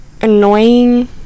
annoying